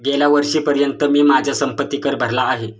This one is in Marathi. गेल्या वर्षीपर्यंत मी माझा संपत्ति कर भरला आहे